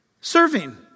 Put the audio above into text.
Serving